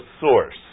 source